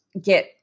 get